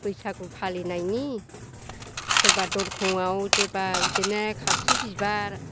बैसागु फालिनायनि सोरबा दरखंआव सोरबा बिदिनो खाथ्रि बिबार